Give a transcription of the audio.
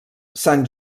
sant